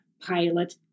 pilot